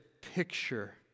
picture